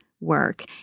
work